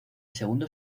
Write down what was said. segundo